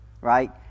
Right